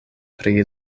pri